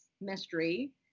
mystery